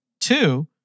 Two